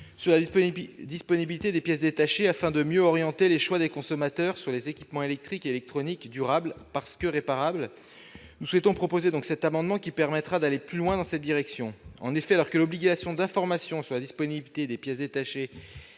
à la disponibilité des pièces détachées, afin de mieux orienter les choix des consommateurs vers les équipements électriques et électroniques durables parce que réparables. Avec cet amendement, nous proposons d'aller plus loin dans cette direction. L'obligation d'information sur la disponibilité des pièces détachées